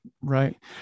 Right